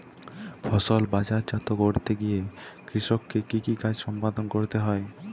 ফসল বাজারজাত করতে গিয়ে কৃষককে কি কি কাজ সম্পাদন করতে হয়?